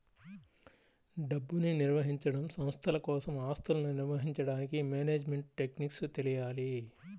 డబ్బుని నిర్వహించడం, సంస్థల కోసం ఆస్తులను నిర్వహించడానికి మేనేజ్మెంట్ టెక్నిక్స్ తెలియాలి